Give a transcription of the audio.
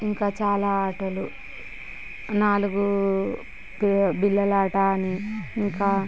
ఇంకా చాలా ఆటలు నాలుగు బిళ్ళల ఆట అని ఇంకా